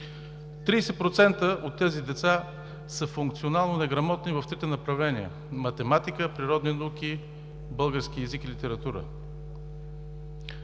30% от тези деца са функционално неграмотни в трите направления – математика, природни науки, български език и литература;